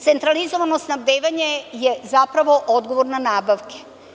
Centralizovano snabdevanje je zapravo odgovor na nabavke.